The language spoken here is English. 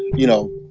you know,